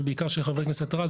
בעיקר של חה"כ רז,